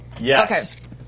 Yes